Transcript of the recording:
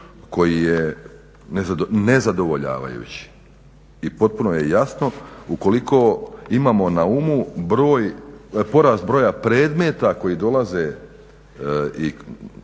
koji je nezadovoljavajući i potpuno je jasno ukoliko imamo na umu porast broja predmeta koji dolaze Europskom